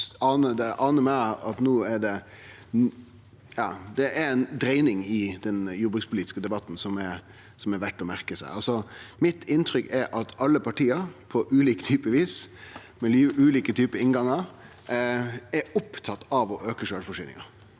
Det anar meg at det no er ei dreiing i den jordbrukspolitiske debatten som er verdt å merke seg. Mitt inntrykk er at alle partia på ulikt vis, med ulike inngangar, er opptatt av å auke sjølvforsyninga,